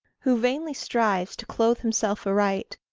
who vainly strives to clothe himself aright,